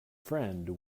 friend